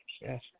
Yes